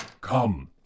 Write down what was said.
Come